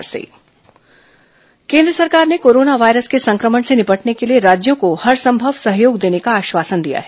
corona virus केन्द्र सरकार ने कोरोना वायरस के संक्रमण से निपटने के लिए राज्यों को हरसंभव सहयोग देने का आश्वासन दिया है